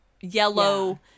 yellow